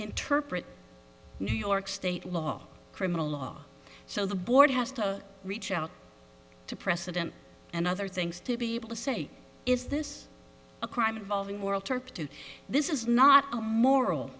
interpret new york state law criminal law so the board has to reach out to precedent and other things to be able to say is this a crime involving moral turpitude this is not a moral